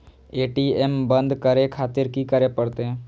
ATM बंद करें खातिर की करें परतें?